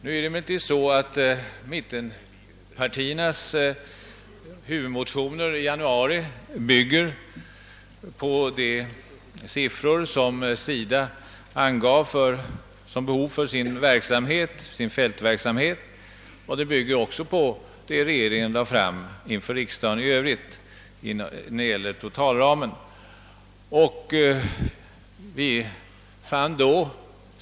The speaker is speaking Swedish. Nu är det emellertid så, att mittenpartiernas huvudmotioner i januari bygger på de siffror angående behovet för fältverksamheten som SIDA uppgivit och även på de förslag som regeringen framlagt för riksdagen i fråga om totalramen.